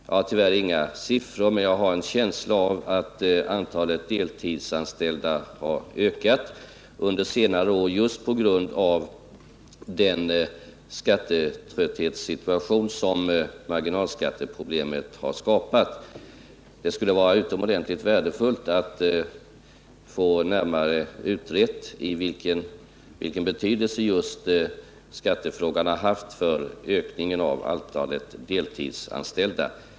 Jag har tyvärr inga siffror, men jag har en känsla av att antalet deltidsanställda har ökat under senare år, just på grund av den skattetrötthetssituation som marginalskatteproblemen har skapat. Det skulle vara utomordentligt värdefullt att få närmare utrett vilken betydelse just skattefrågan har haft för ökningen av antalet deltidsanställda.